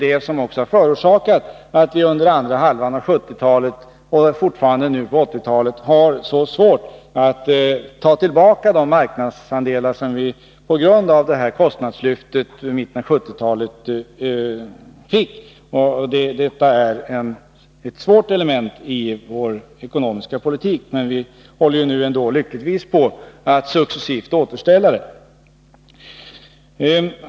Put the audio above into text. Det har förorsakat att vi under andra halvan av 1970-talet och fortfarande under 1980-talet haft så svårt att ta tillbaka de marknadsandelar som vi tappade på grund av detta kostnadslyft. Det är ett besvärligt element i vår ekonomiska politik, men vi håller ändå lyckligtvis på att återställa det.